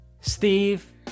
Steve